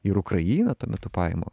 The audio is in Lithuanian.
ir ukrainą tuo metu paima